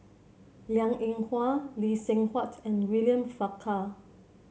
Liang Eng Hwa Lee Seng Huat and William Farquhar